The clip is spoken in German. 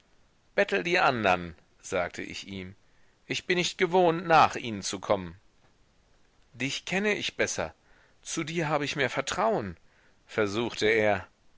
die anderen sagte ich ihm ich bin nicht gewohnt nach ihnen zu kommen dich kenne ich besser zu dir habe ich mehr vertrauen versuchte er